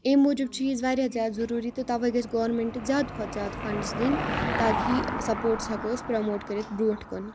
اَمہِ موٗجوٗب چھِ یِہٕنٛز واریاہ زیادٕ ضروٗری تہٕ تَوے گژھِ گورمٮ۪نٹہٕ زیادٕ کھۄتہٕ زیادٕ فَنٛڈٕز دِنۍ تاکہِ سَپورٹس ہیٚکو أسۍ پرٛموٹ کٔرِتھ برٛونٛٹھ کُن